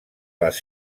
les